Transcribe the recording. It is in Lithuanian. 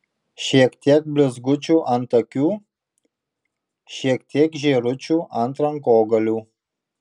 šiek tiek blizgučių ant akių šiek tiek žėručių ant rankogalių